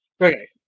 okay